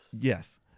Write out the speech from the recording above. Yes